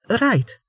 Right